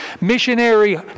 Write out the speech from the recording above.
Missionary